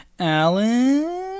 Alan